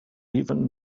even